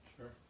Sure